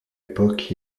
époque